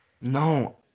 No